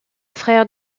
frère